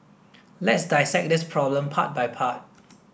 let's dissect this problem part by part